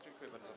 Dziękuję bardzo.